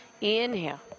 Inhale